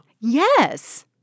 Yes